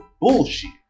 bullshit